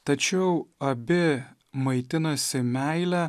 tačiau abi maitinasi meile